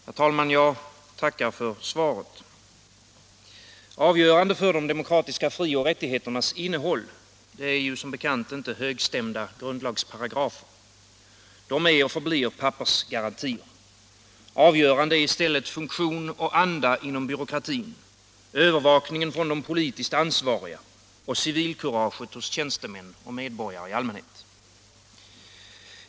Herr talman! Jag tackar för svaret. Avgörande för de demokratiska frioch rättigheternas innehåll är som bekant inte högstämda grundlagsparagrafer. De är och förblir pappersgarantier. Det avgörande är i stället funktion och anda inom byråkratin, övervakningen från de politiskt ansvariga och civilkuraget hos tjänstemän och medborgare i allmänhet.